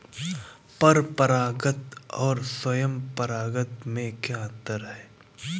पर परागण और स्वयं परागण में क्या अंतर है?